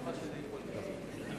האמת היא שלא קיבלתי את הנימוקים ואת